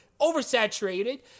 Oversaturated